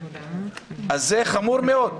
אז זה חמור מאוד.